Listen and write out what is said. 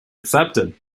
accepted